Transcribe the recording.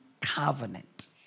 covenant